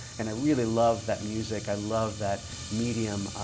and i really love that music. i love that medium.